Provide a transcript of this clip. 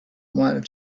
wanted